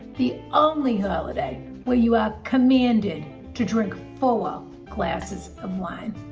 the only holiday where you are commanded to drink four glasses of wine.